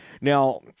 Now